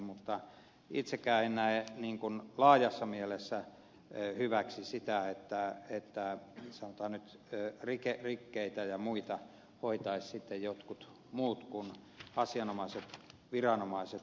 mutta itsekään en näe laajassa mielessä hyväksi sitä että sanotaan nyt rikkeitä ja muita hoitaisivat jotkut muut kuin asianomaiset viranomaiset